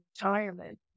retirement